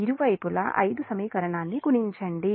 ఇరు వైపులా ఐదు సమీకరణాన్ని గుణించడం